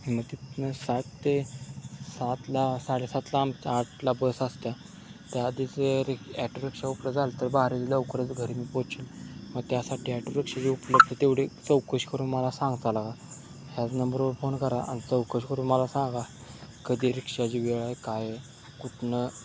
मं तितनं सात ते सातला साडेसात आमच्या आठला बस असत्या त्याआधीच रिक् ॲटो रिक्षा उपलब्ध झालं तर बाहेरील लवकरच घरी मी पोचल मं त्यासाठी ॲटो रिक्षा जे उपलब्ध तेवढी चौकशी करून मला सांगता लागा ह्याच नंबरवर फोन करा अन् चौकशी करून मला सांगा कधी रिक्षाची वेळ आहे काय कुठनं